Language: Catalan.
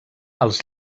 als